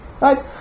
right